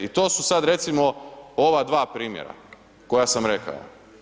I to su sad recimo ova dva primjera koja sam rekao.